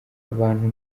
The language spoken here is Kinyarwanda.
abantu